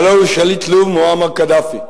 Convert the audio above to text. הלוא הוא שליט לוב מועמר קדאפי.